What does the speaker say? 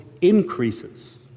increases